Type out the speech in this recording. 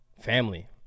family